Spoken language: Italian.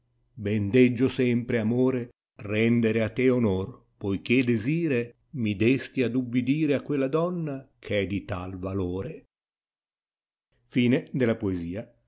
ben deggio sempre amore rendere a te onor poiché desire mi desti ad ubbidire a quella donna eh e di tal valore